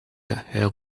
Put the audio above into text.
herr